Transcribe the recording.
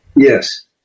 Yes